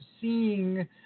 seeing